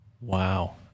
wow